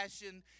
passion